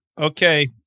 Okay